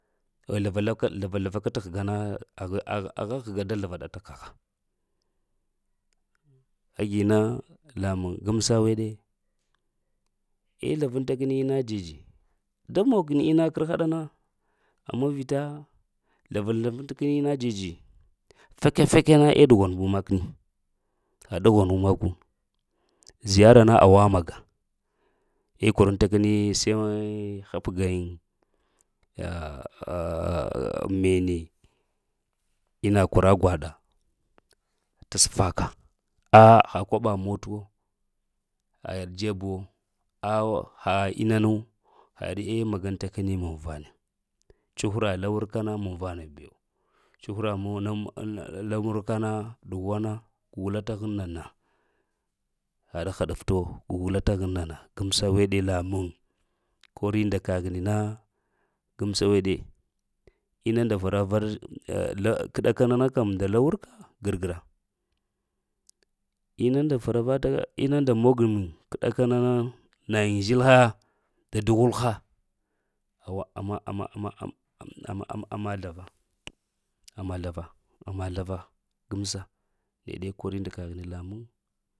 Vzla slava sla kat’ həga na aha həga da slava t’ kaha agi na lamuŋ. Gəmsa weɗe eh zla vanta keni ina dzidzi da mog keni ina ker haɗa na ama vita zlavazla veŋ t’ keni ina dzidzi, fake-fake eh dughwan ba makim, ha dughwanu makwu, ziyara na awa maga eh koranta kəni seh hap gajiŋ mene ma kwara gwaɗa, t’ safaka a’ ha koɓa mota wo, ha yaɗ dzebuwo a ha yaɗ ina na wo ha eh magan tekimi mun vana. Cuhura la wurka na muŋ vana bewo, cuhura meŋ n la wurka na dughwana gugla t’ haŋ nana, hal da haɗafta wo gugula tahaŋ nana. Gamsa weɗe lamuŋ kəri nda kaghini na na gamsa neɗe inunda fara-fara ala k’ ɗakana kəm nda la wurka gr-gra. Inu nda fara va ta inu nda mogu k’ ɗaka nana nayiŋ zhalina nda duhulha, wa ama-ama-ama-ama-ama slava amma slava ama slava gəmsa neɗe kori nda kaghini lamuŋ amman.